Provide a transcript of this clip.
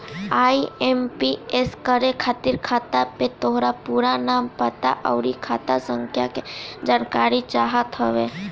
IMPS करे खातिर खाता पे तोहार पूरा नाम, पता, अउरी खाता संख्या के जानकारी चाहत हवे